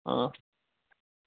অঁ